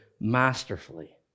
masterfully